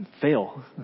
fail